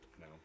No